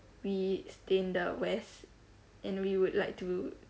we stay in the west and we would like to